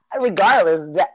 Regardless